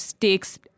takes